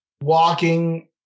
walking